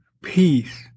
peace